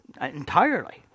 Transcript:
entirely